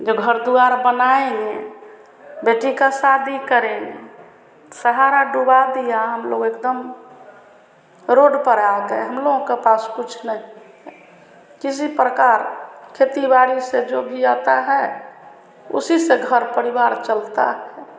जो घर द्वार बनाएँगे बेटी की शादी करेंगे सहारा डुबा दिया हमलोग एकदम रोड पर आ गए हमलोगों के पास कुछ नहीं है किसी प्रकार खेती बाड़ी से जो भी आता है उसी से घर परिवार चलता है